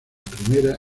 primera